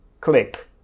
click